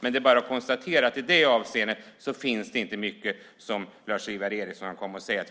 Men jag kan bara konstatera att det i detta avseende inte finns mycket som gör att Lars-Ivar Ericson kan komma och säga att